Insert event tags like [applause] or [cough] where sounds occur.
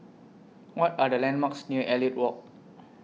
[noise] What Are The landmarks near Elliot Walk